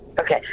Okay